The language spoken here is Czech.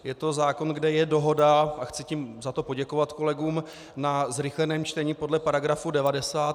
Je to zákon, kde je dohoda, a chci za to poděkovat kolegům, na zrychleném čtení podle § 90.